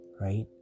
right